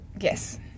Yes